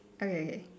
okay okay